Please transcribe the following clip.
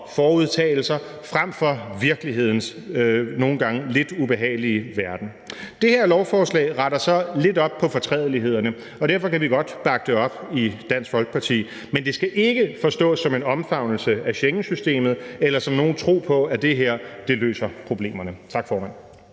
og forudantagelser frem for virkelighedens nogle gange lidt ubehagelige verden. Det her lovforslag retter så lidt op på fortrædelighederne, og derfor kan vi godt bakke det op i Dansk Folkeparti. Men det skal ikke forstås som en omfavnelse af Schengensystemet eller som nogen tro på, at det her løser problemerne. Tak, formand.